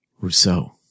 Rousseau